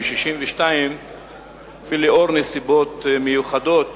ולאור נסיבות מיוחדות